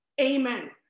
amen